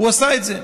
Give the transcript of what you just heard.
הוא עשה את זה.